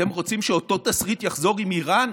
אתם רוצים שאותו תסריט יחזור עם איראן?